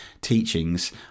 teachings